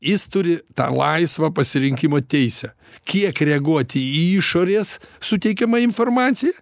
jis turi tą laisvą pasirinkimo teisę kiek reaguoti į išorės suteikiamą informaciją